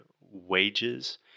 wages